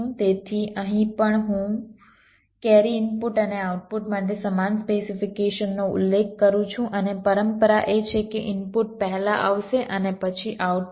તેથી અહીં પણ હું કેરી ઇનપુટ અને આઉટપુટ માટે સમાન સ્પેસિફીકેશનનો ઉલ્લેખ કરું છું અને પરંપરા એ છે કે ઇનપુટ પહેલા આવશે અને પછી આઉટપુટ